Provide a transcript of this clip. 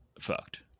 fucked